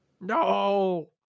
No